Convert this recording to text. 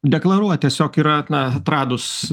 deklaruot tiesiog yra na atradus